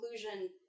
conclusion